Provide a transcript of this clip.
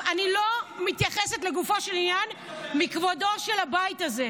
אני לא מתייחסת לגופו של עניין בשל כבודו של הבית הזה,